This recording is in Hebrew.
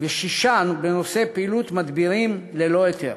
ושישה בנושא "פעילות מדבירים ללא היתר".